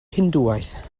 hindŵaeth